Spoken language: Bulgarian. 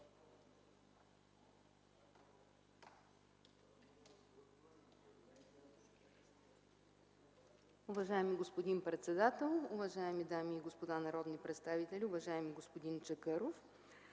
Уважаеми господин председател, дами и господа народни представители! Уважаеми господин Миков,